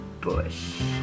bush